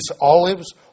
olives